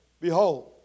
Behold